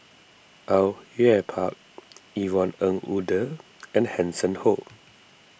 Au Yue Pak Yvonne Ng Uhde and Hanson Ho